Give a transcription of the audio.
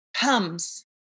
comes